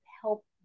help